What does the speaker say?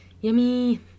Yummy